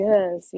Yes